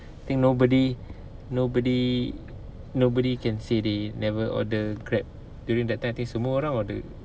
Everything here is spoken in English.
think nobody nobody nobody can say they never order grab during that time I think semua orang order